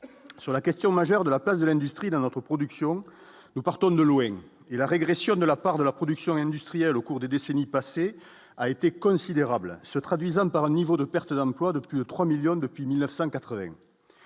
sur la question majeure de la place de l'industrie dans notre production, nous partons de loin et la régression de la part de la production industrielle au cours des décennies passées, a été considérable, se traduisant par niveau de perte d'emploi de plus de 3 millions depuis 1980